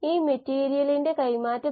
അവയെല്ലാം അന്നജത്തിന്റെ പോളിമറുകളാണ്